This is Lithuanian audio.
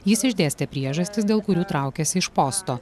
jis išdėstė priežastis dėl kurių traukiasi iš posto